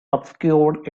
obscured